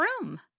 room